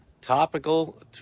topical